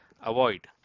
Avoid